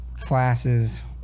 classes